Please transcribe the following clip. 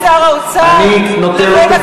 בין שר האוצר, אני נותן לו כבוד.